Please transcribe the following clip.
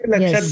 yes